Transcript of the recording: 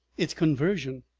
it's conversion.